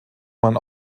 man